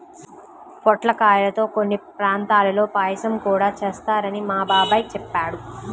పొట్లకాయల్తో కొన్ని ప్రాంతాల్లో పాయసం గూడా చేత్తారని మా బాబాయ్ చెప్పాడు